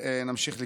נמשיך לקרוא.